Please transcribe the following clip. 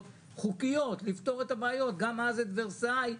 חוקיות לפתור את הבעיות גם ורסאי,